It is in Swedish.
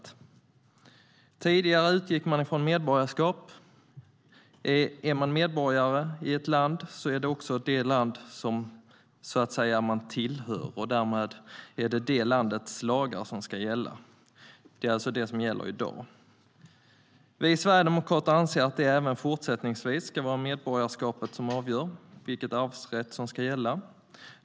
Tidigare utgick vi från medborgaskap. Är man medborgare i ett land är det också det landet som man så att säga tillhör, och därmed ska det landets lagar ska gälla. Det är alltså det som gäller i dag. Vi sverigedemokrater anser att det även fortsättningsvis ska vara medborgarskapet som avgör vilka arvsrättsregler som ska gälla.